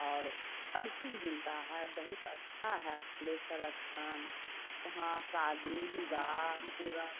और हर चीज़ मिलती है बहुत अच्छा है थलेसर स्थान वहाँ शादी विवाह पूरा